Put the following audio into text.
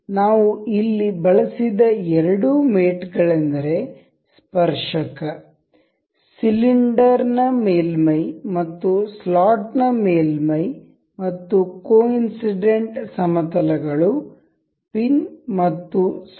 ನಾವು ಇಲ್ಲಿ ಬಳಸಿದ ಎರಡು ಮೇಟ್ ಗಳೆಂದರೆ ಸ್ಪರ್ಶಕ ಸಿಲಿಂಡರ್ನ ಮೇಲ್ಮೈ ಮತ್ತು ಸ್ಲಾಟ್ ನ ಮೇಲ್ಮೈ ಮತ್ತು ಕೊಇನ್ಸಿಡೆಂಟ್ ಸಮತಲ ಗಳು ಪಿನ್ ಮತ್ತು ಸ್ಲಾಟ್